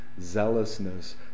zealousness